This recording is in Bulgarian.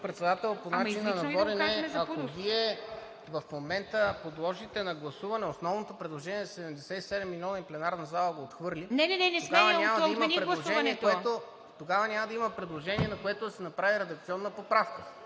Ако Вие в момента подложите на гласуване основното предложение за 77 милиона и пленарната зала го отхвърли, тогава няма да има предложение, на което да се направи редакционна поправка.